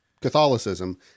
Catholicism